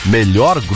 Melhor